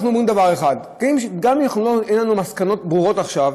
אנחנו אומרים דבר אחד: גם אם אין לנו מסקנות ברורות עכשיו,